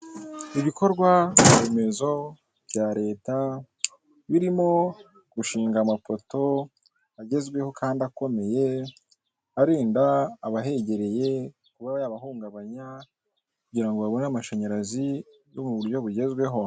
Ibikorwa remezo bya leta birimo gushinga amapoto agezweho kandi akomeye, arinda abahegereye kuba yabahungabanya kugira ngo babone amashanyarazi yo mu buryo bugezweho.